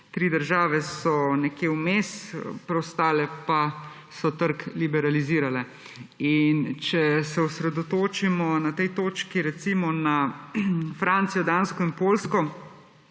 tri države so nekje vmes, preostale pa so trg liberalizirale. Če se osredotočimo na tej točki recimo na Francijo, Dansko in Poljsko,